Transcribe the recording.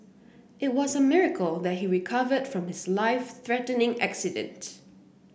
it was a miracle that he recovered from his life threatening accident